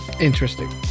Interesting